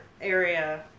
area